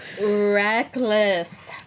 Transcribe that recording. Reckless